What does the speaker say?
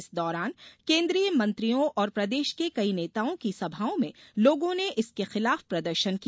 इस दौरान केन्द्रीय मंत्रियों और प्रदेश के कई नेताओं की सभाओं में लोगों ने इसके खिलाफ प्रदर्शन किया